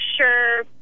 sure